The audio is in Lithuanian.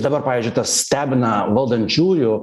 dabar pavyzdžiui tas stebina valdančiųjų